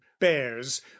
bears